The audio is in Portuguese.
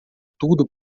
tudo